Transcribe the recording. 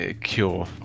cure